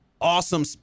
awesome